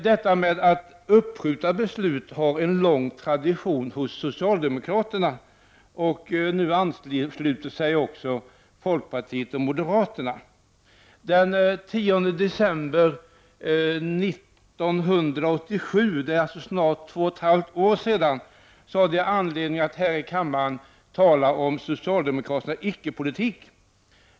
Detta att uppskjuta beslut har en lång tradition hos socialdemokraterna, och nu ansluter sig också folkpartiet och moderaterna. Den 10 december 1987 — för snart två och ett halvt år sedan — hade jag anledning att här i kammaren tala om socialdemokraternas icke-politik.